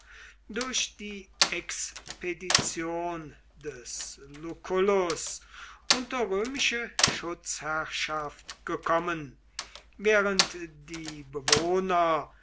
durch die expedition des lucullus unter römische schutzherrschaft gekommen während die bewohner